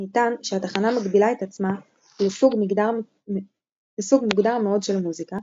נטען שהתחנה מגבילה את עצמה לסוג מוגדר מאוד של מוזיקה,